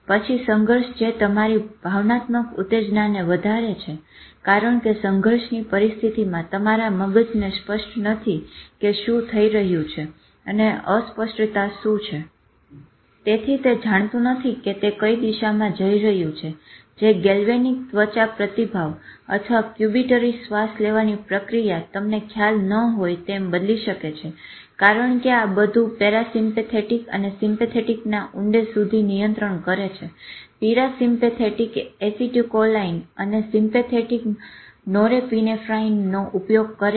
પછી સંઘર્ષ જે તમારી ભાવનાત્મક ઉતેજ્નાને વધારે છે કારણ કે સંઘર્ષની પરિસ્થિતિમાં તમારા મગજને સ્પષ્ટ નથી કે શું થઇ રહ્યું છે અને અસ્પષ્ટતા શું છે તેથી તે જાણતું નથી કે તે કઈ દિશામાં જઈ રહ્યું છે જે ગેલ્વેનીક ત્વચા પ્રતિભાવ અને ક્યુબીટરી શ્વાસ લેવાની પ્રક્રિયા તમને ખ્યાલ ન હોય તેમ બદલી શકે છે કારણ કે આ બધું પેરાસીમ્પેથેટીક અને સીમપેથેટીકમાં ઊંડે સુધી નિયંત્રણ કરે છે પેરાસીમપેથેટીક એસીટીલકોલાઈન અને સીમપેથેટીક નોરેપીનેફ્રાઈનનો ઉપયોગ કરે છે